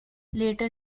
later